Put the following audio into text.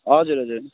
हजुर हजुर